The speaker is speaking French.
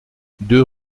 deux